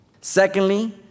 Secondly